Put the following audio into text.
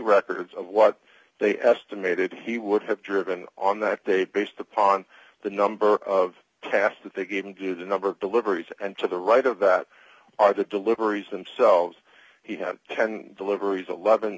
records of what they estimated he would have driven on that day based upon the number of tasks that they gave him to the number of deliveries and to the right of that are the deliveries themselves he had ten deliveries